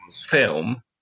film